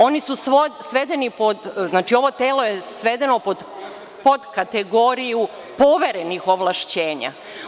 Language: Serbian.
Oni su svedeni, tj. ovo telo je svedeno pod kategoriju poverenih ovlašćenja.